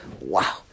wow